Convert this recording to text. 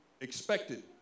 expected